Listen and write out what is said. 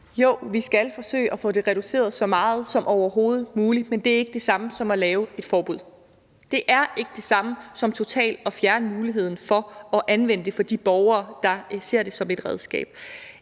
Jo, vi skal forsøge at få det reduceret så meget som overhovedet muligt, men det er ikke det samme som at lave et forbud. Det er ikke det samme som totalt at fjerne muligheden for at anvende det for de borgere, der ser det som et redskab.